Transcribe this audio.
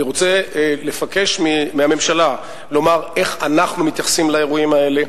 אני רוצה לבקש מהממשלה לומר איך אנחנו מתייחסים לאירועים האלה,